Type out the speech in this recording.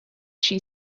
she